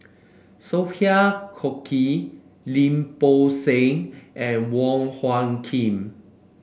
Sophia Cooke Lim Bo Seng and Wong Hung Khim